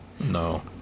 no